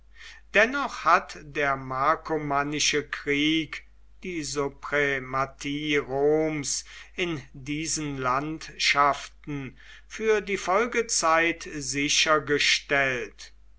dennoch hat der markomannische krieg die suprematie roms in diesen landschaften für die folgezeit sichergestellt